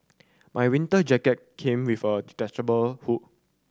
my winter jacket came with a detachable hood